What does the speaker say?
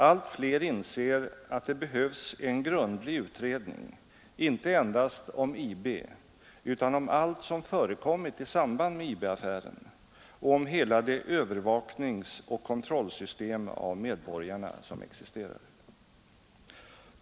Allt fler inser att det behövs en grundlig utredning inte endast om IB utan om allt som förekommit i samband med IB-affären och om hela det övervakningsoch kontrollsystem av medborgarna som existerar.